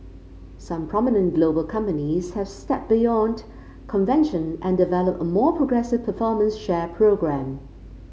some prominent global companies have stepped beyond convention and developed a more progressive performance share programme